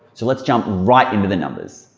so let's jump right into the numbers.